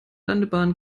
landebahn